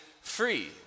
free